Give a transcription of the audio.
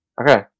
Okay